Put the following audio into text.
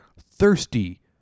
thirsty